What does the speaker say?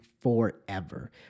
forever